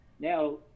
now